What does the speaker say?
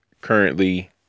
currently